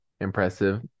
impressive